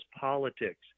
politics